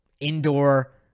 Indoor